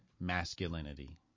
masculinity